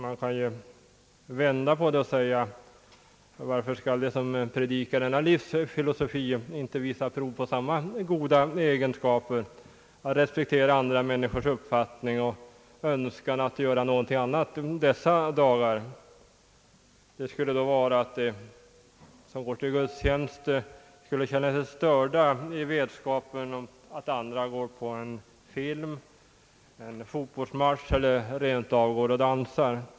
Man kan ju vända på detta och säga: Varför skall de som predikar denna livsfilosofi inte visa prov på samma goda egenskaper och respektera andra män helgdagar niskors önskan att göra någonting annat dessa dagar? De som går till gudstjänst skulle känna sig störda av vetskapen att andra går på en film, en fotbollsmatch eller rent av går och dansar.